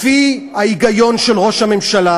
לפי ההיגיון של ראש הממשלה